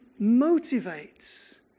motivates